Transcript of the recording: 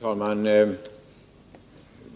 Herr talman!